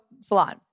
salon